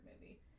movie